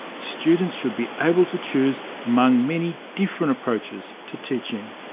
students should be able to choose among many different approaches to teaching.